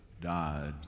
died